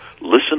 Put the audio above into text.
listen